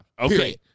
Okay